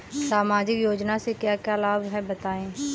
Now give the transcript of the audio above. सामाजिक योजना से क्या क्या लाभ हैं बताएँ?